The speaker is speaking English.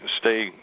stay